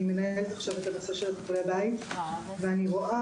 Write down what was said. אני מנהלת עכשיו את הנושא של --- בית ואני רואה